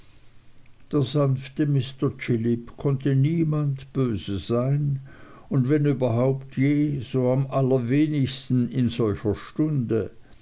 der sanfte mr chillip konnte niemand böse sein und wenn überhaupt je so am allerwenigsten in solcher stunde